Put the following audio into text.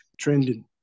trending